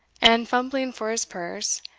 and, fumbling for his purse,